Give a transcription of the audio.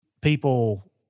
people